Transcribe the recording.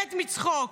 מתגלגלת מצחוק.